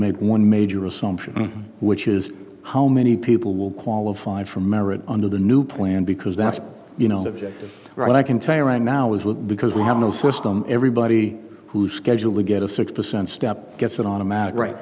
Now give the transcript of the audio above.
make one major assumption which is how many people will qualify for merit under the new plan because that's you know of but i can tell you right now is look because we have no system everybody who schedule a get a six percent step gets an automatic right